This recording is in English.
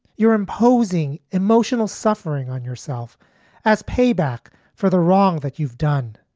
you're imposing emotional suffering on yourself as payback for the wrong that you've done.